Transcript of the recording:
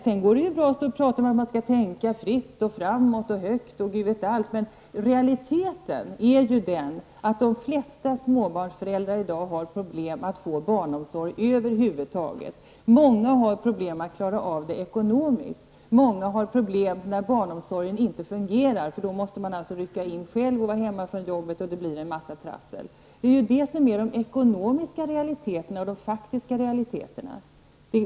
Sedan går det ju bra att tala om att man skall tänka fritt, framåt och högt, men realiteten är ju den att de flesta småbarnsföräldrar i dag har problem med att över huvud taget få barnomsorg. Många har problem med att klara det hela ekonomiskt, och många har problem när barnomsorgen inte fungerar, för då måste man rycka in själv och vara hemma från arbetet med påföljd att det blir en mängd trassel. Detta är ju de ekonomiska och faktiska realiteterna.